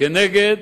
נגד